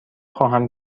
خواهم